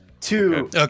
two